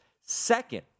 Second